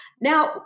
Now